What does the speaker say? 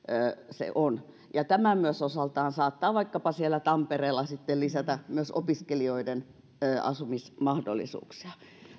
se on ja myös tämä osaltaan saattaa vaikkapa siellä tampereella sitten lisätä myös opiskelijoiden asumismahdollisuuksia